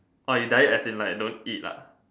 ah you diet as in like don't eat ah